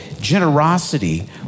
Generosity